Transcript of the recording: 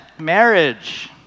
marriage